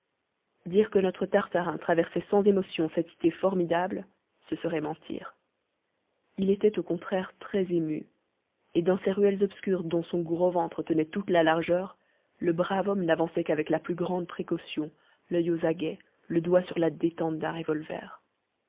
dire que notre tartarin traversait sans émotion cette cité formidable ce serait mentir il était au contraire très ému et dans ces ruelles obscures dont son gros ventre tenait toute la largeur le brave homme n'avançait qu'avec la plus grande précaution l'oeil aux aguets le doigt sur la détente d'un revolver